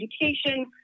education